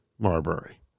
Marbury